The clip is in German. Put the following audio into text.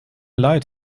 leid